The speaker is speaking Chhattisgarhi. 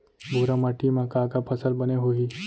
भूरा माटी मा का का फसल बने होही?